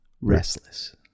Restless